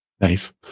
Nice